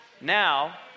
Now